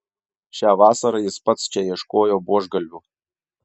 šią vasarą jis pats čia ieškojo buožgalvių